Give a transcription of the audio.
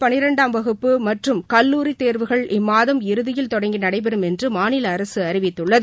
பளிரெண்டாம் வகுப்பு மற்றும் கல்லூரி தேர்வுகள் இம்மாதம் இறுதியில் தொடங்கி நடைபெறும் என்று மாநில அரசு அறிவித்துள்ளது